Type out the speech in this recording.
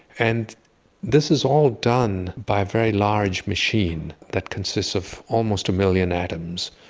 and this is all done by a very large machine that consists of almost a million atoms,